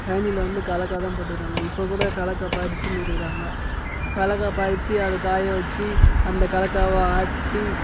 கழனியில் வந்து கடலக்கா தான் போட்டுக்கிறாங்க இப்போ கூட கடலக்கா பறித்துனு இருக்கிறாங்க கடலக்கா பறித்து அது காய வைச்சு அந்த கடலக்காவ ஆட்டி